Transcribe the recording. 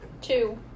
Two